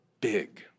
big